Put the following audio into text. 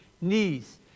knees